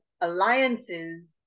alliances